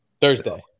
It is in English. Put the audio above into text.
Thursday